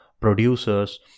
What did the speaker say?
producers